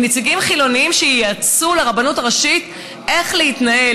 מנציגים חילונים שיעצו לרבנות הראשית איך להתנהל,